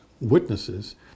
witnesses